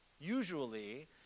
Usually